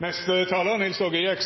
er